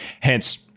Hence